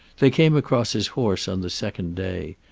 they came across his horse on the second day,